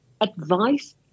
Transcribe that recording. advice